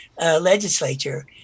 legislature